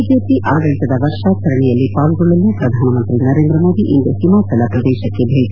BJP ಆಡಳಿತದ ವರ್ಷಾಚರಣೆಯಲ್ಲಿ ಪಾಲ್ಗೊಳ್ಳಲು ಪ್ರಧಾನ ಮಂತ್ರಿ ನರೇಂದ್ರಮೋದಿ ಇಂದು ಹಿಮಾಚಲ ಪ್ರದೇಶಕ್ಕೆ ಭೇಟ